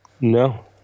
No